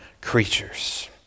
creatures